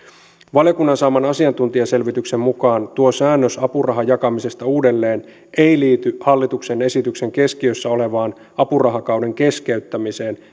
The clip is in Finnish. valiokunnan saaman asiantuntijaselvityksen mukaan tuo säännös apurahan jakamisesta uudelleen ei liity hallituksen esityksen keskiössä olevaan apurahakauden keskeyttämiseen